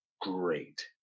great